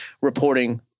reporting